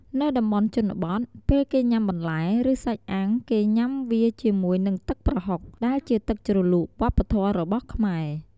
នៅតំបន់ជនបទ ពេលគេញុាំបន្លែ ឬសាច់អាំងគេញុាំវាជាមួយនឹងទឹកប្រហុក ដែលជាទឹកជ្រលក់វប្បធម៍របស់ខ្មែរ។